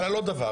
אבל על עוד דבר,